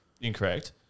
incorrect